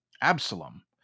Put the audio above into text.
Absalom